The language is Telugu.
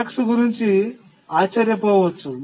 IX గురించి ఆశ్చర్యపోవచ్చు